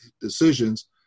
decisions